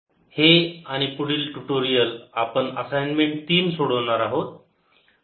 problems 1 5 हे आणि पुढील ट्यूटोरियल आपण असाईनमेंट तीन सोडवणार आहोत